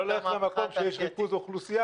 בעתיד, ולא ללכת למקום שיש בו ריכוז אוכלוסייה.